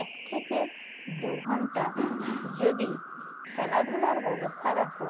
এক থেকে দুঘন্টা যদি খেলাধুলার ব্যবস্থা রাখো